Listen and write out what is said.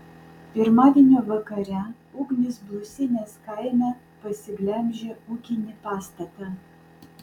pirmadienio vakare ugnis blusinės kaime pasiglemžė ūkinį pastatą